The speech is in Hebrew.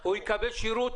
הוא יקבל שירות?